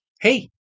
hey